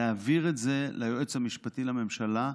להעביר את זה ליועץ המשפטי לממשלה,